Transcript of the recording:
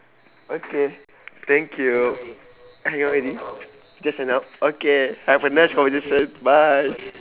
okay thank you hang already just hang up okay have a nice conversation bye